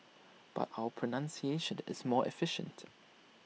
but our pronunciation is more efficient